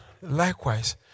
Likewise